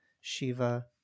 Shiva